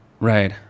Right